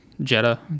Jetta